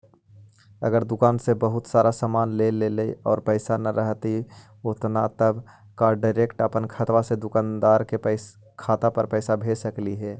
अगर दुकान से बहुत सारा सामान ले लेबै और पैसा न रहतै उतना तब का डैरेकट अपन खाता से दुकानदार के खाता पर पैसा भेज सकली हे?